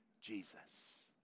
Jesus